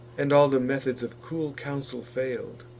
and all the methods of cool counsel fail'd,